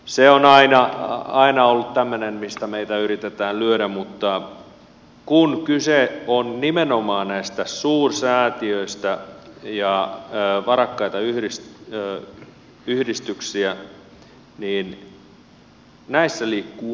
se on aina ollut tämmöinen mistä meitä yritetään lyödä mutta kun kyse on nimenomaan suursäätiöistä ja varakkaista yhdistyksistä niin näissä liikkuvat miljardit